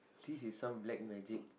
this is some black magic